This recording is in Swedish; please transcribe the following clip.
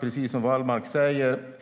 Precis som Wallmark säger planerar vi och Finland